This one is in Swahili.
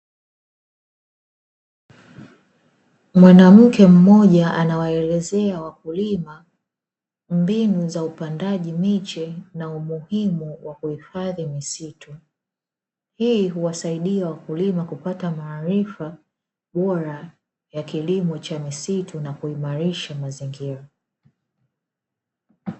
Mwanamke mmoja anawaelezea wakulima mbinu za upandaji miche na umuhimu wa kuhifadhi misitu. Hii huwasaidia wakulima kupata maarifa bora ya kilimo cha misitu na kuimarisha mazingira.